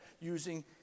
using